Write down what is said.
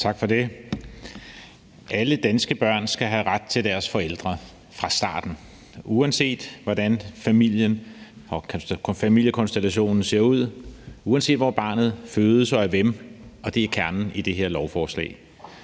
Tak for det. Alle danske børn skal have ret til deres forældre fra starten, uanset hvordan familien og familiekonstellationen ser ud, og uanset hvor barnet fødes og af hvem, og det er kernen i det her lovforslag.